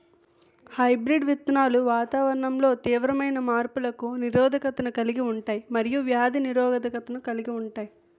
hybrid విత్తనాలు వాతావరణంలో తీవ్రమైన మార్పులకు నిరోధకతను కలిగి ఉంటాయి మరియు వ్యాధి నిరోధకతను కలిగి ఉంటాయి